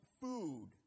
food